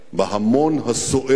בהמון הסוער,